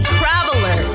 traveler